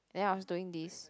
then I was doing this